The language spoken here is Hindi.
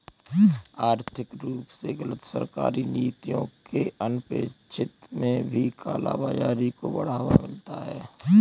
आर्थिक रूप से गलत सरकारी नीतियों के अनपेक्षित में भी काला बाजारी को बढ़ावा मिलता है